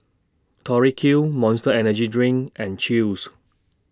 Tori Q Monster Energy Drink and Chew's